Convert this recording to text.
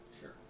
Sure